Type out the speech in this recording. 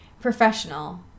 professional